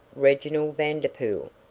reginald vanderpool,